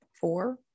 four